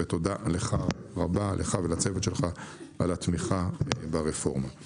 ותודה רבה לך ולצוות שלך על התמיכה ברפורמה.